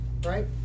right